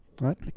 right